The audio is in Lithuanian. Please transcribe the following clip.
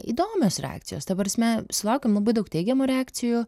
įdomios reakcijos ta prasme sulaukėm labai daug teigiamų reakcijų